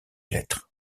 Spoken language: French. lettres